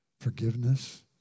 forgiveness